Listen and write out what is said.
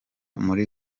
muri